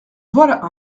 voilà